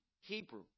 Hebrew